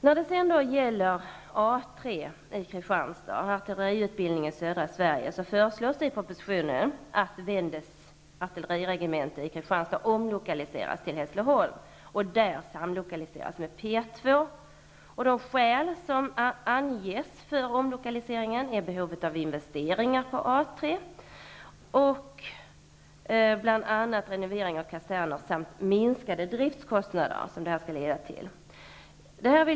När det sedan gäller A 3 i Kristianstad och artilleriutbildningen i södra Sverige föreslås i propositionen att Wendes artilleriregemente i Kristianstad omlokaliseras till Hässleholm och där samlokaliseras med P 2. De skäl som anges för omlokaliseringen är behovet av investeringar på A 3, bl.a. renovering av kaserner, samt att detta skall leda till minskade driftskostnader.